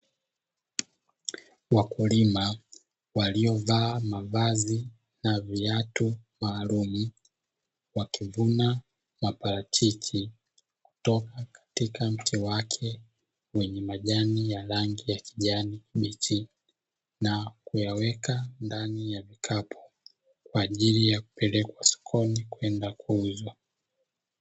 Wakulima waliovaa mavazi na viatu maalumu wakivuna maparachichi kutoka katika mti wake wenye majani ya rangi ya kijani kibichi na kuyaweka ndani ya kikapu kwa ajili ya kupelekwa sokoni kwenda kuuzwa.